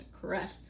correct